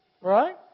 Right